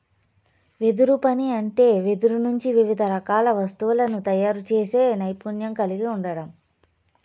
వెదురు పని అంటే వెదురు నుంచి వివిధ రకాల వస్తువులను తయారు చేసే నైపుణ్యం కలిగి ఉండడం